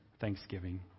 thanksgiving